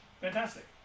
Fantastic